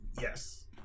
Yes